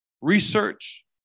research